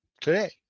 today